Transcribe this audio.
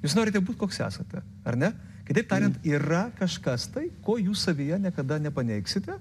jūs norite būt koks esate ar ne kitaip tariant yra kažkas tai ko jūs savyje niekada nepaneigsite